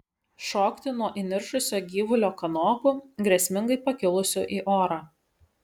šokti nuo įniršusio gyvulio kanopų grėsmingai pakilusių į orą